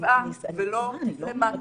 גבעה ולא למטה,